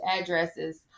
addresses